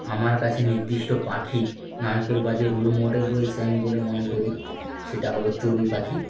আমার কাছে নির্দিষ্ট পাখির নায়কের বা যে রোল মডেল রয়েছে আমি বলে মনে করি সেটা হলো চড়ুই পাখি